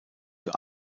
für